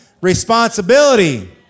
responsibility